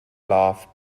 love